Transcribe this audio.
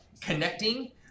Connecting